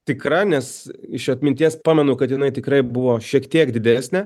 tikra nes iš atminties pamenu kad jinai tikrai buvo šiek tiek didesnė